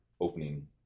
opening